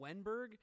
Wenberg –